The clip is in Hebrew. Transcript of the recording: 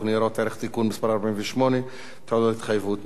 ניירות ערך (תיקון מס' 48) (תעודות התחייבות).